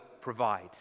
provide